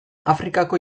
afrikako